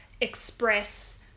express